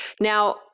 Now